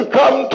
Come